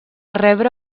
rebre